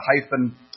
hyphen